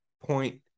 point